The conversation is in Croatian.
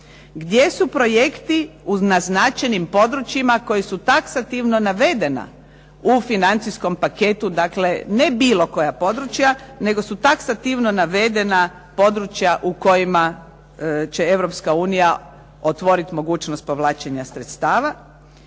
Gdje su projekti u naznačenim područjima koji su taksativno navedena u financijskom paketu dakle ne bilo koja područja, nego su taksativno navedena područja u kojima će Europska unija otvoriti mogućnost povlačenja sredstava.